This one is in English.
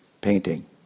painting